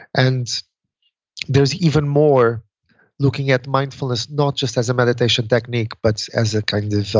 and there's even more looking at mindfulness not just as a meditation technique, but as a kind of